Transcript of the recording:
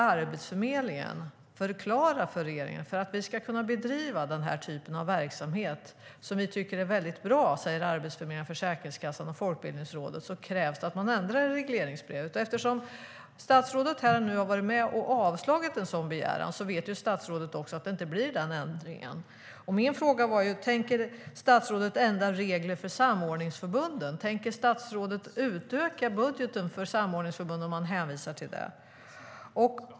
Arbetsförmedlingen förklarar för regeringen att om de ska kunna bedriva denna typ av verksamhet - som Arbetsförmedlingen, Försäkringskassan och Folkbildningsrådet tycker är väldigt bra - krävs det att man ändrar i regleringsbrevet. Eftersom statsrådet nu har varit med om att avslå en sådan begäran vet statsrådet också att det inte blir en sådan ändring. Min fråga var: Tänker statsrådet ändra reglerna för samordningsförbunden? Tänker statsrådet utöka budgeten för samordningsförbunden om man hänvisar till det?